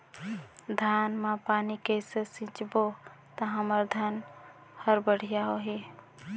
धान मा पानी कइसे सिंचबो ता हमर धन हर बढ़िया होही?